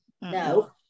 no